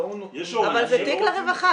אבל זה תיק לרווחה.